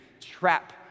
trap